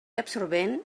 absorbent